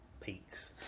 peaks